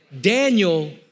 Daniel